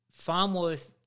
Farmworth